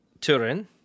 Turin